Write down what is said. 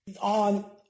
On